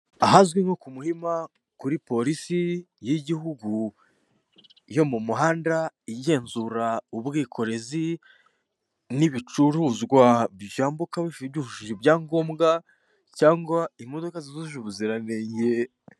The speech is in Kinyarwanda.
Ahazwi nko ku Muhima kuri polisi y'igihugu yo mu muhanda igenzura ubwikorezi n'ibicuruzwa byambuka byujuje ibyangombwa cyangwa imodoka zujuje ubuziranenge.